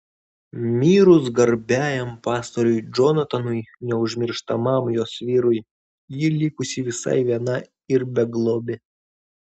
mirus garbiajam pastoriui džonatanui neužmirštamam jos vyrui ji likusi visai viena ir beglobė